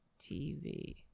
TV